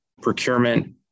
procurement